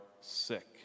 sick